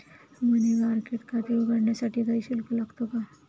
मनी market खाते उघडण्यासाठी काही शुल्क लागतो का?